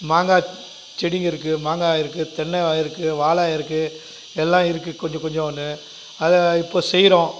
மாங்காய் செடிங்கள் இருக்குது மாங்காய் இருக்குது தென்னை வகை இருக்குது வாழை இருக்குது எல்லாம் இருக்குது கொஞ்சம் கொஞ்சன்னு அதை இப்போ செய்கிறோம்